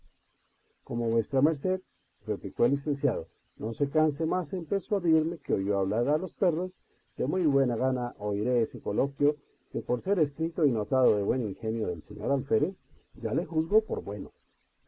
como vuesa merced replicó el licenciado no se canse más en persuadirme que oyó hablar a los perros de muy buena gana oiré ese coloquio que por ser escrito y notado del bueno ingenio de l señor alférez ya le juzgo por bueno